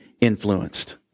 influenced